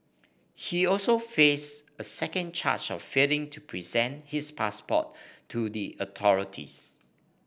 he also face a second charge of failing to present his passport to the authorities